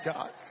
God